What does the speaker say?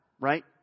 right